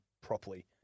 properly